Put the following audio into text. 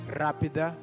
rápida